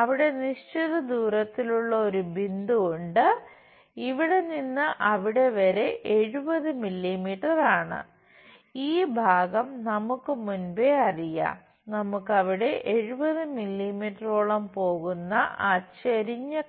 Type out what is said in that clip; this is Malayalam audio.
അവിടെ നിശ്ചിത ദൂരത്തിൽ ഉള്ള ഒരു ബിന്ദു ഉണ്ട് ഇവിടെ നിന്ന് അവിടെ വരെ 70 മില്ലീമീറ്റർ